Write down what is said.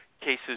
cases